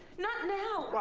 not now.